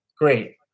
Great